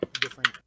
different